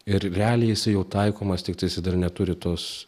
ir realiai jisai jau taikomas tiktai jis dar neturi tos